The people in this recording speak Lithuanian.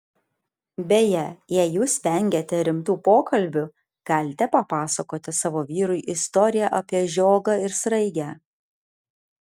beje jei jūs vengiate rimtų pokalbių galite papasakoti savo vyrui istoriją apie žiogą ir sraigę